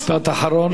משפט אחרון.